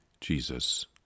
Jesus